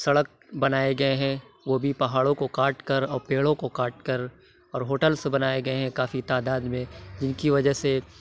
سڑک بنائے گئے ہیں وہ بھی پہاڑوں کو کاٹ کر اور پیڑوں کو کاٹ کر اور ہوٹلس بنائے گئے ہیں کافی تعداد میں جن کی وجہ سے